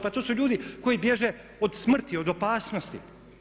Pa to su ljudi koji bježe od smrti, od opasnosti.